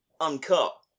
uncut